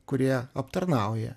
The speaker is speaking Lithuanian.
kurie aptarnauja